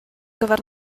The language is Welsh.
gyfer